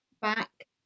back